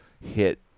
hit